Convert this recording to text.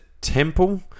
Temple